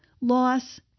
loss